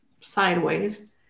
sideways